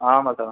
ஆமாம் சார்